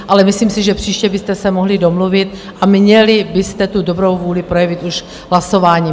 Ale myslím si, že příště byste se mohli domluvit a měli byste tu dobrou vůli projevit už hlasováním.